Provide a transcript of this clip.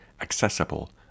accessible